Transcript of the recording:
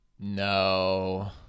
No